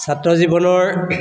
ছাত্ৰ জীৱনৰ